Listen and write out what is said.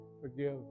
forgive